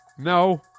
No